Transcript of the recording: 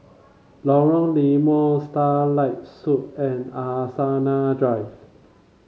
Lorong Limau Starlight Suite and Angsana Drive